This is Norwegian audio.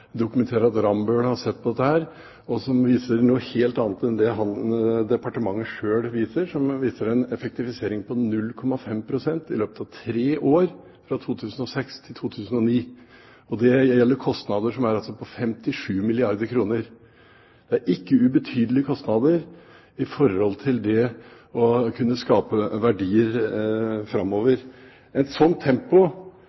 at Rambøll har sett på dette, og dette viser noe helt annet enn departementet selv viser, nemlig en effektivisering på 0,5 pst. i løpet av tre år, fra 2006 til 2009. Det gjelder altså kostnader på 57 milliarder kr. Det er ikke ubetydelige kostnader forbundet med det å kunne skape verdier framover.